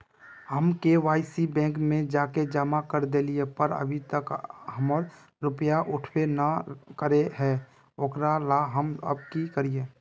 हम KYC bank में जाके जमा कर देलिए पर अभी तक हमर रुपया उठबे न करे है ओकरा ला हम अब की करिए?